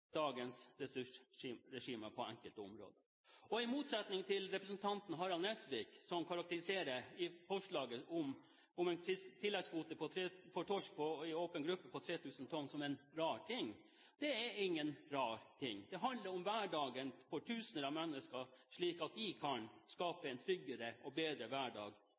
dagens ressursregime på enkelte områder. Representanten Harald Nesvik karakteriserer forslaget om en tilleggskvote for torsk i åpen gruppe på 3 000 tonn som en rar ting. Det er ingen rar ting – det handler om hverdagen for tusener av mennesker, slik at de kan skape en tryggere og bedre hverdag